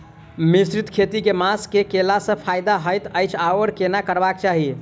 मिश्रित खेती केँ मास मे कैला सँ फायदा हएत अछि आओर केना करबाक चाहि?